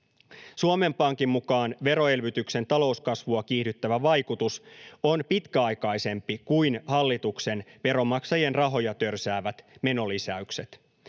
Suomen Pankin mukaan veroelvytyksen talouskasvua kiihdyttävä vaikutus on pitkäaikaisempi kuin hallituksen veronmaksajien rahoja törsäävät menolisäykset.